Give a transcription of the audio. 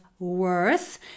worth